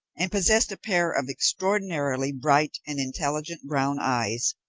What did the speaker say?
and possessed a pair of extraordinarily bright and intelligent brown eyes,